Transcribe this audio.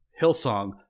Hillsong